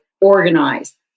organize